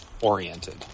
oriented